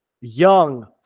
Young